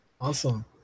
Awesome